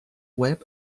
web